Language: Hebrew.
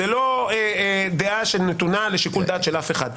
זאת לא דעה שנתונה לשיקול דעת של אף אחד.